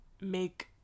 make